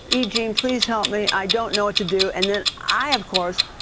e j? please help me. i don't know what to do. and then i, of course,